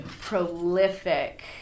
prolific